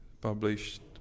published